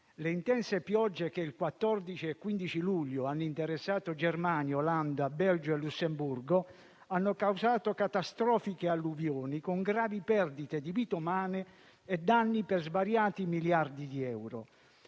le intense piogge che il 14 e il 15 luglio hanno interessato Germania, Olanda, Belgio e Lussemburgo hanno causato catastrofiche alluvioni con gravi perdite di vite umane e danni per svariati miliardi di euro.